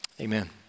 Amen